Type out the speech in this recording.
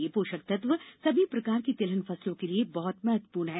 यह पोषक तत्व सभी प्रकार की तिलहन फसलों के लिए बहुत महत्वपूर्ण है